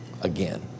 again